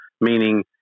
Meaning